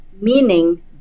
meaning